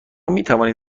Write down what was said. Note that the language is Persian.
میتوانید